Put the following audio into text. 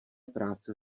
práce